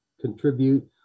contribute